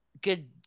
good